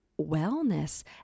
wellness